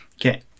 Okay